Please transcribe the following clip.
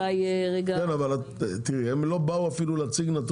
הם לא באו אפילו להציג נתון,